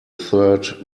third